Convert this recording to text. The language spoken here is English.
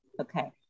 Okay